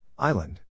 Island